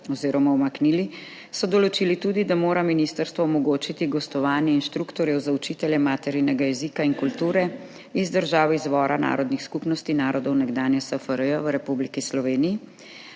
oziroma umaknili, so določili tudi, da mora ministrstvo omogočiti gostovanje inštruktorjev za učitelje maternega jezika in kulture iz držav izvora narodnih skupnosti narodov nekdanje SFRJ v Republiki Sloveniji